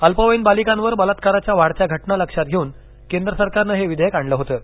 अल्पवयीन बालिकांवर बलात्काराच्या वाढत्या घटना लक्षात घेऊन केंद्र सरकारनं हे विधेयक आणलं होतं